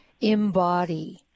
embody